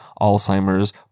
Alzheimer's